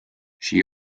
she